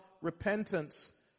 repentance